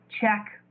check